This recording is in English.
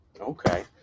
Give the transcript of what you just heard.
Okay